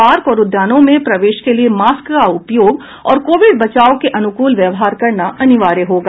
park और उद्यानों में प्रवेश के लिए मास्क का उपयोग और कोविड बचाव के अनुकूल व्यवहार करना अनिवार्य होगा